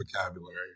vocabulary